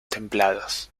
templados